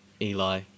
Eli